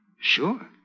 Sure